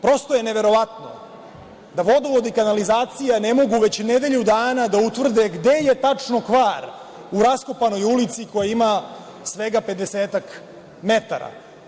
Prosto je neverovatno da vodovod i kanalizacija ne mogu već nedelju dana da utvrde gde je tačno kvar u raskopanoj ulici koja ima svega pedesetak metara.